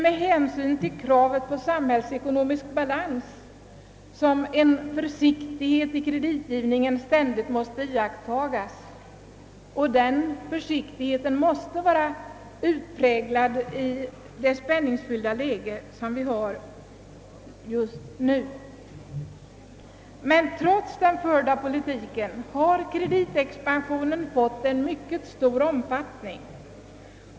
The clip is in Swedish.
Med hänsyn till kravet på samhällsekonomisk balans måste en viss försiktighet i kreditgivningen ständigt iakttagas, och den försiktigheten måste vara utpräglad i det spänningsfyllda läge vi har just nu. »Trots den förda politiken har emellertid», uttalar bankofullmäktige, »kreditexpansionen fått en mycket stor omfattning.